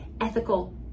ethical